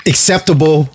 Acceptable